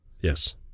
Yes